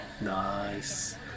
Nice